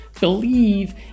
believe